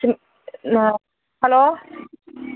hello